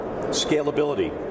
Scalability